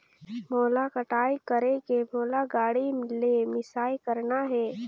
मोला कटाई करेके मोला गाड़ी ले मिसाई करना हे?